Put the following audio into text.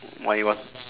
why you want